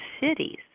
cities